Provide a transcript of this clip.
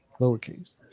lowercase